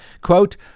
Quote